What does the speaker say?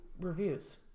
reviews